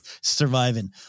surviving